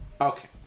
okay